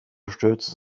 stürzte